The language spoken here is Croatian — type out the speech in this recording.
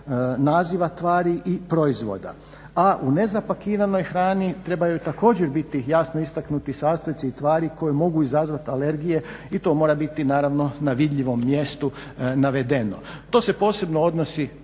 naziva tvari i proizvoda. A u nezapakiranoj hrani trebaju također biti jasno istaknuti sastojci i tvari koje mogu izazvati alergije i to mora biti naravno na vidljivom mjestu navedeno. To se posebno odnosi